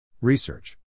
Research